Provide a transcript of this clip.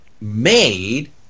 made